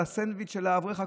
על הסנדוויץ' של האברך בכולל.